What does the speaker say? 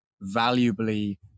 valuably